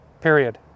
period